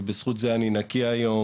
ובזכות זה אני נקי היום.